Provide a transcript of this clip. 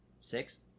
Six